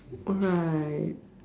alright